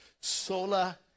Sola